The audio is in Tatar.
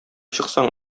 чыксаң